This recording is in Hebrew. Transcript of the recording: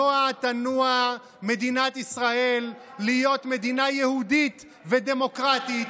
נוע תנוע מדינת ישראל להיות מדינה יהודית ודמוקרטית,